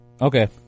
Okay